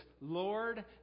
Lord